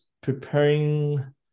preparing